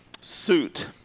suit